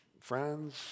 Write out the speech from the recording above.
friends